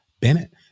Bennett